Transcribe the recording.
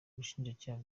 ubushinjacyaha